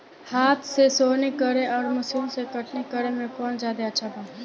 हाथ से सोहनी करे आउर मशीन से कटनी करे मे कौन जादे अच्छा बा?